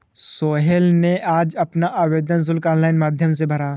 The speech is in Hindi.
सोहेल ने आज अपना आवेदन शुल्क ऑनलाइन माध्यम से भरा